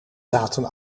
zaten